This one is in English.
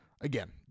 Again